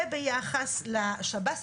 זה ביחס לשב"ס.